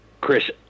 Chris